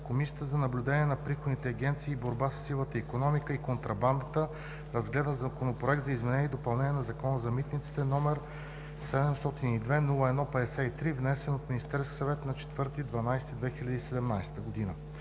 Комисията за наблюдение на приходните агенции и борба със сивата икономика и контрабандата разгледа Законопроект за изменение и допълнение на Закона за митниците, № 702-01-53, внесен от Министерския съвет на 4 декември